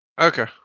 Okay